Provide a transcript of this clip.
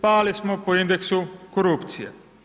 Pali smo po indeksu korupcije.